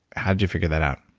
how'd you figure that out?